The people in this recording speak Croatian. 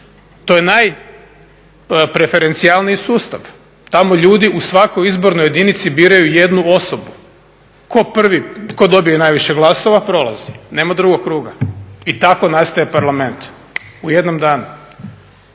To je najpreferencijalniji sustav. Tamo ljudi u svakoj izbornoj jedinici biraju jednu osobu. Tko dobije najviše glasova prolazi. Nema drugog kruga. I tako nastaje Parlament, u jednom danu.